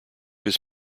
his